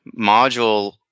module